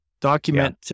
document